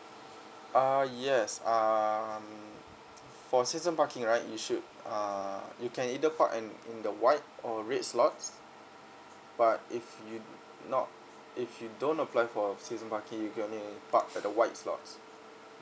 ah yes um for season parking right you should uh you can either park in in the white or red slots but if you not if you don't apply for season parking you can only park at the white slots